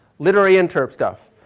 literary in term stuff.